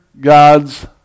God's